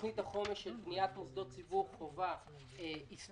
תוכניות החומש של בניית מוסדות ציבור חובה הסתיימו,